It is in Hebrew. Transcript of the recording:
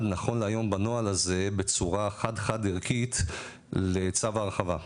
נכון להיום בנוהל הזה בצורה חד חד-ערכית לצו ההרחבה,